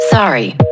Sorry